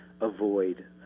avoid